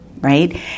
right